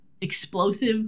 explosive